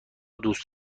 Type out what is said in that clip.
دوست